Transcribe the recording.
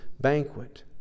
banquet